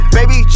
Baby